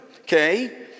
okay